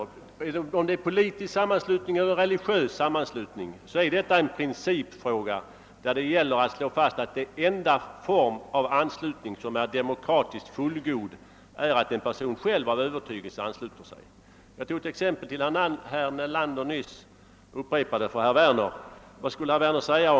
Vare sig anslutningen gäller en politisk sammanslutning eller ett religiöst samfund är det en principfråga. Det gäller att slå fast att den enda form av anslutning som är demokratiskt fullgod är att en person själv av Öövertygelse ansluter sig. Jag framförde till herr Nelander nyss ett exempel, och jag vill upprepa det för herr Werner.